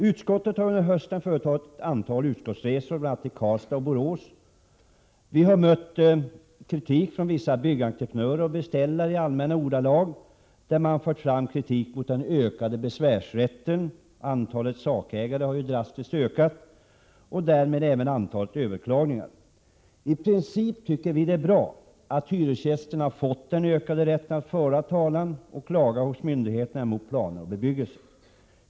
Utskottet har under hösten företagit ett antal utskottsresor, bl.a. till Karlstad och Borås. Vi har mött kritik från vissa byggentreprenörer och beställare, som i allmänna ordalag har fört fram kritik mot den ökade besvärsrätten. Antalet sakägare har ju drastiskt ökat — och därmed antalet överklagningar. I princip tycker vi att det är bra att hyresgästerna har fått ökad rätt att föra talan och klaga hos myndigheterna på planer och bebyggelse.